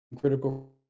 critical